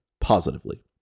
positively